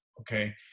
Okay